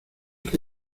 que